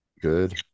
good